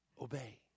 Obey